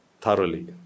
thoroughly